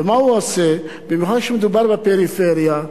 ומה הוא עושה, במיוחד כשמדובר בפריפריה,